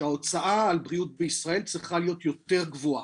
שההוצאה על בריאות בישראל צריכה להיות יותר גבוהה,